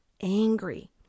Angry